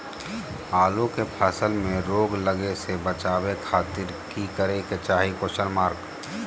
आलू के फसल में रोग लगे से बचावे खातिर की करे के चाही?